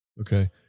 Okay